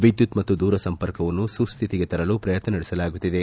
ವಿದ್ಯುತ್ ಮತ್ತು ದೂರ ಸಂಪರ್ಕವನ್ನು ಸುಹ್ಹಿತಿಗೆ ತರಲು ಪ್ರಯತ್ನ ನಡೆಸಲಾಗುತ್ತಿದೆ